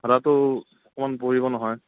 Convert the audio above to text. ভাড়াটো অকণমান পৰিব নহয়